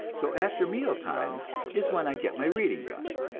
so after meal times is when i get my reading done.